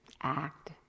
act